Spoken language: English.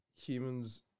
humans